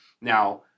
Now